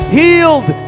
healed